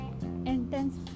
intense